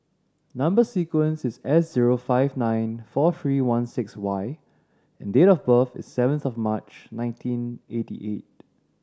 number sequence is S zero five nine four three one six Y and date of birth is seventh of March nineteen eighty eight